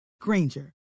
Granger